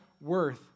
worth